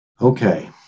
Okay